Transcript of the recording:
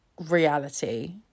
reality